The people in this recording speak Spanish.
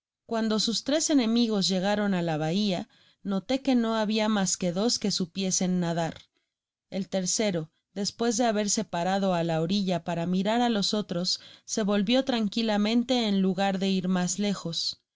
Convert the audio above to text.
cuando sus tres enemigos llegaron á la bahia notó que no habia mas que dos que supiesen nadar el tercero despues de haberse parado á la orilla para mirar á los otros se volvio tranquilamente en lugar de ir mas lejos lo